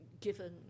Given